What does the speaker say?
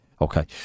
Okay